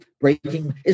Breaking